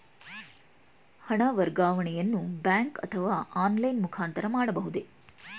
ಹಣ ವರ್ಗಾವಣೆಯನ್ನು ಬ್ಯಾಂಕ್ ಅಥವಾ ಆನ್ಲೈನ್ ಮುಖಾಂತರ ಮಾಡಬಹುದೇ?